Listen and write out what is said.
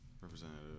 representative